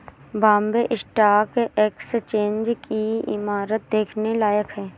Bombay stock exchange की इमारत देखने लायक है